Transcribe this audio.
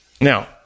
Now